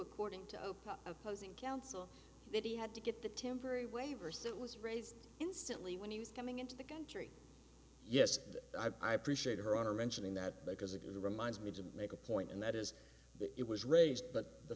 according to open opposing counsel that he had to get the temporary waiver so it was raised instantly when he was coming into the country yes i appreciate her on her mentioning that because it reminds me to make a point and that is that it was raised but the